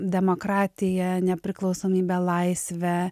demokratiją nepriklausomybę laisvę